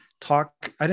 talk